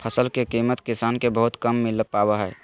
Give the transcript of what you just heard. फसल के कीमत किसान के बहुत कम मिल पावा हइ